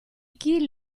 chi